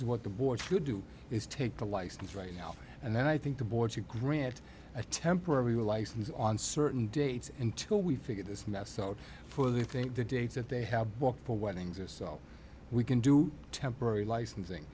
is what the board should do is take a license right now and then i think the board to grant a temporary license on certain dates until we figure this mess out for they think the dates that they have booked for weddings are so we can do temporary licensing